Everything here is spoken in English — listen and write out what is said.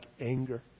anger